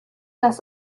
das